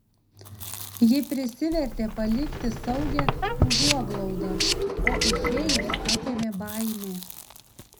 ji prisivertė palikti saugią užuoglaudą o išėjus apėmė baimė